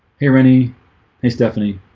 here any a stephanie.